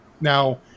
Now